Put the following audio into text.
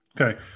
Okay